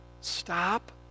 Stop